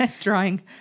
Drawing